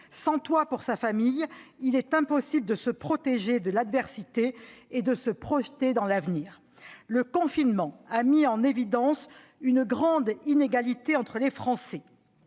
Sans toit pour sa famille, il est impossible de se protéger de l'adversité et de se projeter dans l'avenir. À cet égard, le confinement a mis en évidence une grande inégalité entre les Français.